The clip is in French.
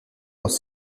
dans